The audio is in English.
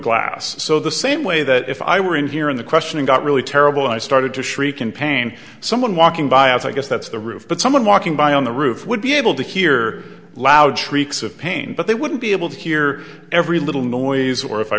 glass so the same way that if i were in here in the question and got really terrible i started to shriek in pain someone walking by is i guess that's the roof but someone walking by on the roof would be able to hear loud shrieks of pain but they wouldn't be able to hear every little noise or if i